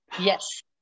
Yes